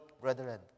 brethren